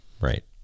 Right